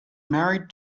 married